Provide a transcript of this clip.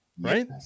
right